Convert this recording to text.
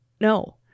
No